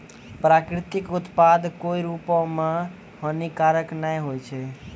प्राकृतिक उत्पाद कोय रूप म हानिकारक नै होय छै